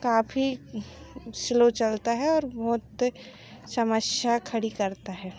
काफी स्लो चलता है और बहुत समस्या खड़ी करता है